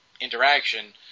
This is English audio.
interaction